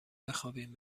بخوابیم